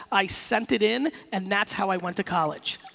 i sent it in and that's how i went to college.